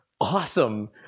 awesome